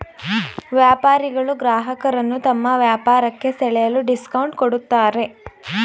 ವ್ಯಾಪಾರಿಗಳು ಗ್ರಾಹಕರನ್ನು ತಮ್ಮ ವ್ಯಾಪಾರಕ್ಕೆ ಸೆಳೆಯಲು ಡಿಸ್ಕೌಂಟ್ ಕೊಡುತ್ತಾರೆ